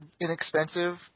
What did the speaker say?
inexpensive